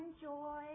enjoy